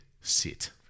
sit